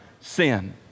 sin